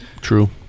True